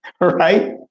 right